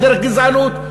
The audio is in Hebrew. ודרך גזענות,